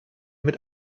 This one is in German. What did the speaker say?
mit